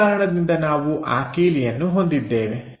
ಈ ಕಾರಣದಿಂದ ನಾವು ಆ ಕೀಲಿಯನ್ನು ಹೊಂದಿದ್ದೇವೆ